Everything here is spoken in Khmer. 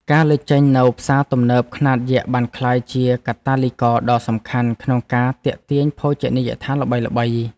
ការលេចចេញនូវផ្សារទំនើបខ្នាតយក្សបានក្លាយជាកាតាលីករដ៏សំខាន់ក្នុងការទាក់ទាញភោជនីយដ្ឋានល្បីៗ។